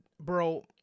bro